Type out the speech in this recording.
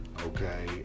Okay